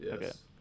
Yes